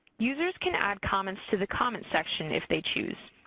users can add comments to the comment section if they choose.